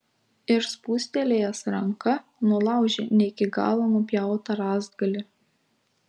ir spūstelėjęs ranka nulaužė ne iki galo nupjautą rąstgalį